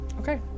okay